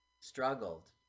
Struggled